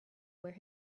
where